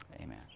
Amen